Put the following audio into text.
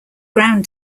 ground